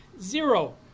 Zero